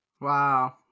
Wow